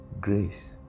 Grace